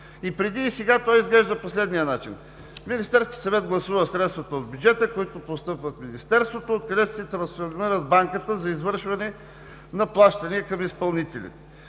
И преди, и сега той изглежда по следния начин: Министерският съвет гласува средствата от бюджета, които постъпват в Министерството, откъдето се трансформират в Банката за извършване на плащания към изпълнителите.